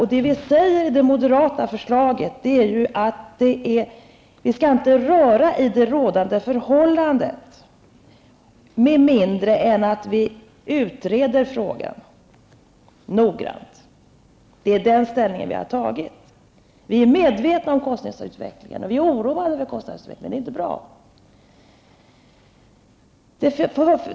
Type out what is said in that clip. Vad vi säger i det moderata förslaget är att vi inte skall röra i det rådande förhållandet med mindre än att vi noga utreder frågan -- det är den ställning vi har tagit. Vi är medvetna om kostnadsutvecklingen, och vi är oroade över den; den är inte bra.